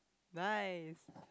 nice